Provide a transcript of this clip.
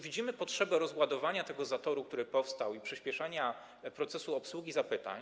Widzimy potrzebę rozładowania tego zatoru, który powstał, i przyspieszenia procesu obsługi zapytań.